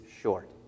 short